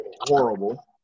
horrible